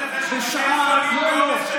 ביום כזה,